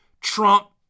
Trump